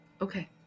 Okay